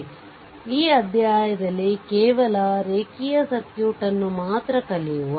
ಆದ್ದರಿಂದ ಈ ಅಧ್ಯಾಯದಲ್ಲಿ ಕೇವಲ ರೇಖೀಯ ಸರ್ಕ್ಯೂಟ್ ಅನ್ನು ಮಾತ್ರ ಕಲಿಯುವ